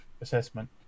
assessment